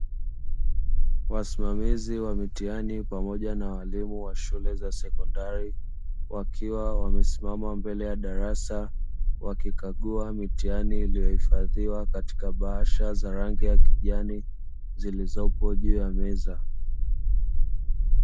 Wasimamizi wa mitihani, pamoja na walimu wa shule za sekondari, wakiwa wamesimama mbele ya darasa, wakikagua mitihani iliyohifadhiwa katika bahasha za rangi ya kijani, zilizopo juu ya meza.